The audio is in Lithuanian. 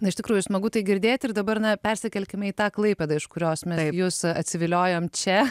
na iš tikrųjų smagu tai girdėti ir dabar na persikelkime į tą klaipėdą iš kurios mes jus atsiviliojom čia